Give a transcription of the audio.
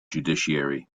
judiciary